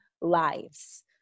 lives